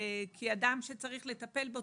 כי אדם שצריך לטפל בו,